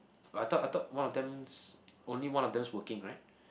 but I thought I thought one of them s~ only one of them is working right